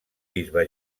bisbe